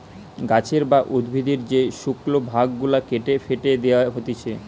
গাছের বা উদ্ভিদের যে শুকল ভাগ গুলা কেটে ফেটে দেয়া হতিছে